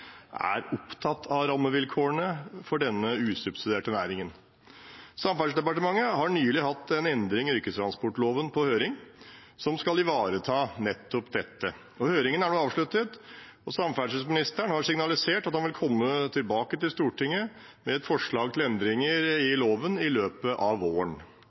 er opptatt av rammevilkårene for denne usubsidierte næringen. Samferdselsdepartementet har nylig hatt en endring i yrkestransportloven på høring som skal ivareta nettopp dette. Høringen er nå avsluttet, og samferdselsministeren har signalisert at han vil komme tilbake til Stortinget med et forslag til endringer i loven i løpet av våren.